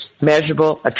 measurable